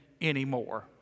anymore